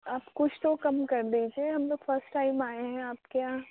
آپ کچھ تو کم کر دیجیے ہم لوگ فسٹ ٹائم آئے ہیں آپ کے یہاں